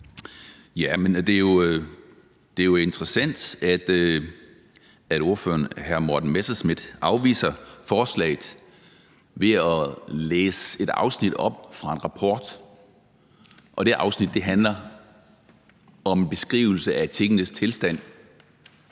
(EL): Det er jo interessant, at hr. Morten Messerschmidt afviser forslaget ved at læse et afsnit op fra en rapport – og det afsnit handler om en beskrivelse af tingenes tilstand,